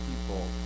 people